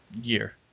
year